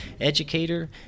educator